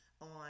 on